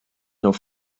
nur